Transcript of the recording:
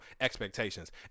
expectations